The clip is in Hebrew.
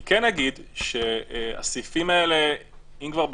אני כן אגיד שהסעיפים האלה אם כבר,